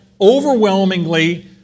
overwhelmingly